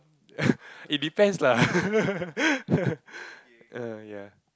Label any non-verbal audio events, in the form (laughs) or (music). (noise) it depends lah (laughs) err ya